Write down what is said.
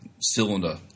cylinder